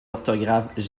orthographes